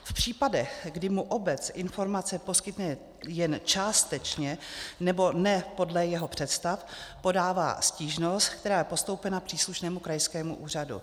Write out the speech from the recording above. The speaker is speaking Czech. V případech, kdy mu obce informace poskytne jen částečně nebo ne podle jeho představ, podává stížnost, která je postoupena příslušnému krajskému úřadu.